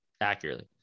accurately